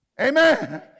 Amen